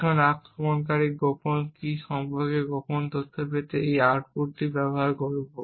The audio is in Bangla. এখন আক্রমণকারী গোপন কী সম্পর্কে গোপন তথ্য পেতে এই ভুল আউটপুট ব্যবহার করবে